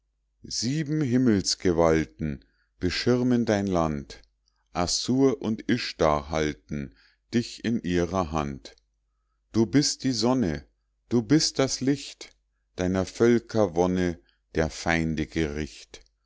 sieben himmelsgewalten beschirmen dein land assur und isthar halten dich in ihrer hand du bist die sonne du bist das licht deiner völker wonne der feinde gericht